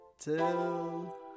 till